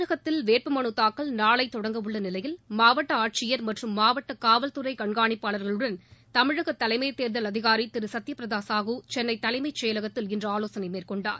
தமிழகத்தில் வேட்பு மலுத் தாக்கல் நாளை தொடங்க உள்ள நிலையில் மாவட்ட ஆட்சியர் மற்றும் மாவட்ட காவல்துறை கண்காணிப்பாளர்களுடன் தமிழக தலைமை தேர்தல் அதிகாரி திரு சத்ய பிரதா சாஹூ சென்னை தலைமை செயலகத்தில் இன்று ஆலோசனை மேற்கொண்டார்